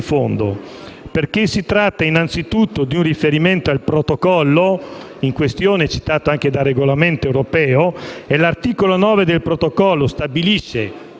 fondo, perché si tratta anzitutto di un riferimento al Protocollo Europeo in questione citato anche dal regolamento europeo del 2014. L'articolo 9 del Protocollo stabilisce,